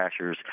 Crashers